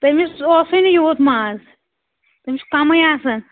تٔمِس اوسٕے نہٕ یوٗت ماز تٔمِس چھُ کمُے آسان